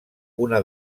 una